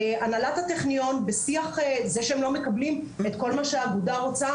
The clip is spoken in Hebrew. זה שהם לא מקבלים את כל מה שהאגודה רוצה,